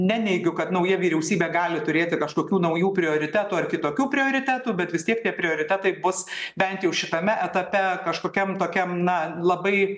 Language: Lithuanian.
neneigiu kad nauja vyriausybė gali turėti kažkokių naujų prioritetų ar kitokių prioritetų bet vis tiek tie prioritetai bus bent jau šitame etape kažkokiam tokiam na labai